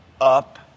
up